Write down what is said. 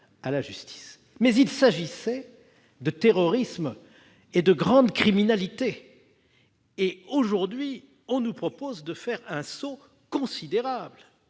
à la justice. Mais il s'agissait de terrorisme et de grande criminalité. Aujourd'hui, on nous propose de faire un saut considérable.